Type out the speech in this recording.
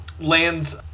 lands